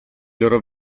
loro